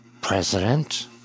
president